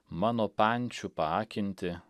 mano pančių paakinti